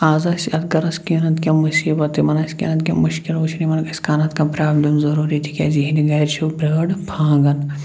آز آسہِ یتھ گَرَس کینٛہہ نَتہٕ کینٛہہ مُصیٖبت یِمَن آسہِ کینٛہہ نَتہٕ کینٛہہ مُشکِل یِمَن آسہِ کانٛہہ نَتہٕ کانٛہہ پرٛابلم ضٔروٗری تِکیازِ یِہٕنٛدِ گَرٕ چھ برٲر پھانٛگان